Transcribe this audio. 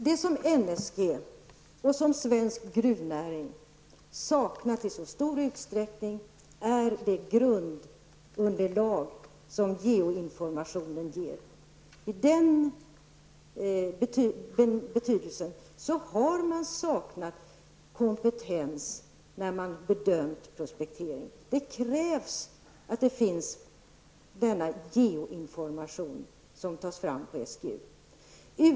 Herr talman! Vad NSG och svensk gruvnäring i stor utsträckning har saknat är det grundunderlag som den geologiska informationen ger. I det avseendet har man saknat kompetens vid bedömningen av prospekteringen. Vad som krävs är alltså den geologiska information som tas fram hos SGU.